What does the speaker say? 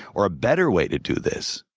or a better way to do this.